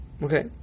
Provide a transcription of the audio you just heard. Okay